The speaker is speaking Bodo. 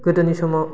गोदोनि समाव